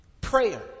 Prayer